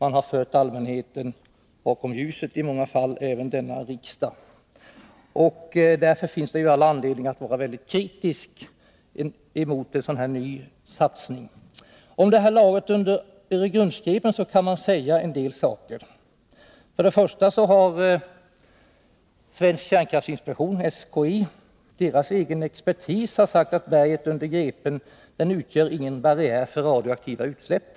Allmänheten har förts bakom ljuset, i många fall även av riksdagen. Därför finns det all anledning att vara mycket kritisk mot en sådan här ny satsning. Man kan alltså säga en del saker om detta lager under Öregrundsgrepen. För det första har statens kärnkraftinspektions, SKI, egen expertis sagt att berget under grepen inte utgör någon barriär mot radioaktiva utsläpp.